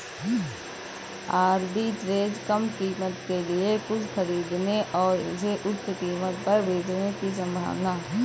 arbitrage कम कीमत के लिए कुछ खरीदने और इसे उच्च कीमत पर बेचने की संभावना होती है